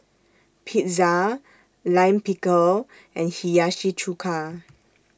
Pizza Lime Pickle and Hiyashi Chuka